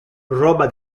roba